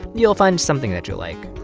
you'll find something that you like.